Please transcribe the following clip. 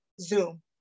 Zoom